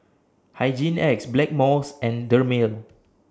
Hygin X Blackmores and Dermale